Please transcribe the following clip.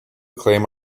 claim